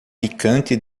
picante